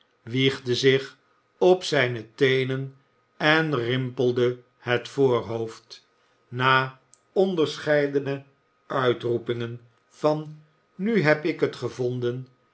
wiegde zich op zijne teenen en rimpelde het voorhoofd na onderscheidene uitroepingen van nu heb ik het gevonden